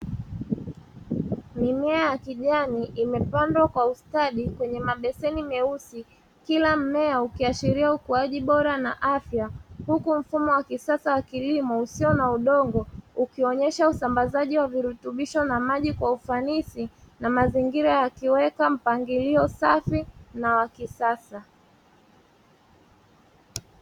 Mimea ya kijani imependwa kwa ustadi kwenye mabeseni meusi. Kila mmea ukiashiria ukuaji bora na afya huku mfumo wa kisasa wa kilimo usio na udongo ukionyesha usambazaji wa virutubisho na maji kwa ufanisi na mazingira yakiweka mpangilio safi na wa kisasa.